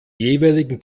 jeweiligen